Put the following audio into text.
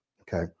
okay